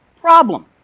problem